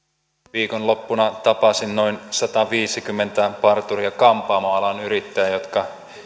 viikonloppuna tapasin noin sataviisikymmentä parturi ja kampaamoalan yrittäjää jotka